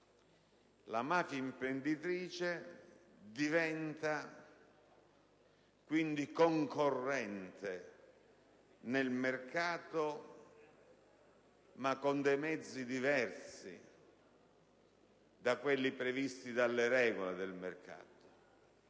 La mafia imprenditrice diventa, quindi, concorrente nel mercato, ma con mezzi diversi da quelli previsti dalle regole dello